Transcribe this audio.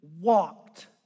walked